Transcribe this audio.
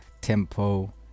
tempo